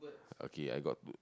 okay I got to